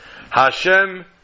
Hashem